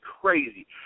crazy